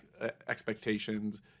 expectations